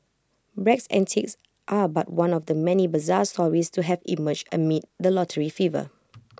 Bragg's antics are but one of the many bizarre stories to have emerged amid the lottery fever